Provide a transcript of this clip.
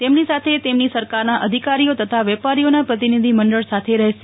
તેમની સાથે તેમની સરકારના અ ધિકારીઓ તથા વેપારીઓના પ્રતિનિધિ માંડળ સાથે રફશે